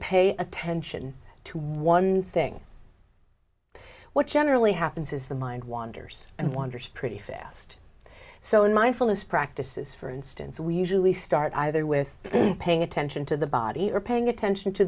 pay attention to one thing what generally happens is the mind wanders and wanders pretty fast so in mindfulness practices for instance we usually start either with paying attention to the body or paying attention to